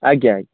ଆଜ୍ଞା ଆଜ୍ଞା